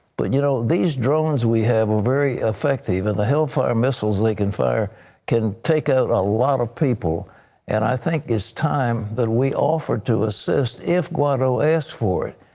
but you know these drones we have are very effective and the hellfire missiles they can fire can take out a lot of people and i think it's time that we offer to assist if guaido asks for it.